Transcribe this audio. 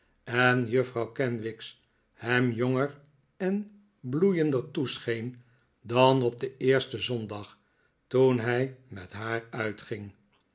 en juffrouw kenwigs hem jonger en bloeiender toescheen dan op den eersten zondag toen hij met haar uitging